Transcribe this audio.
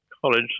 college